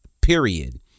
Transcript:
period